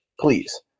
please